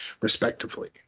respectively